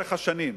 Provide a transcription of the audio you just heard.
לאורך השנים.